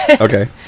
Okay